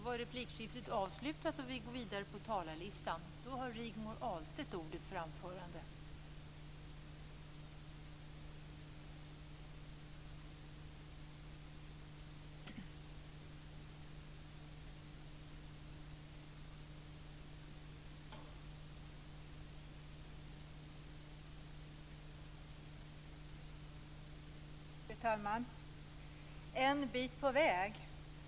Fru talman! En bit på väg.